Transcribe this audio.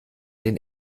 den